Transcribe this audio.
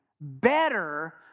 better